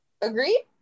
Agreed